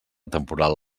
temporal